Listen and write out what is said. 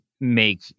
make